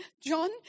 John